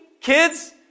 kids